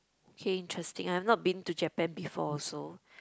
okay interesting I've not been to Japan before also